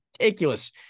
Ridiculous